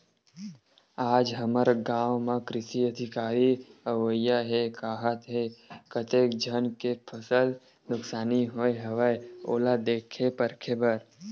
आज हमर गाँव म कृषि अधिकारी अवइया हे काहत हे, कतेक झन के फसल नुकसानी होय हवय ओला देखे परखे बर